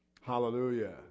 Hallelujah